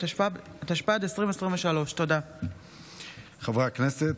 התשפ"ד 2023. חברי הכנסת,